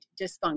dysfunction